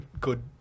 good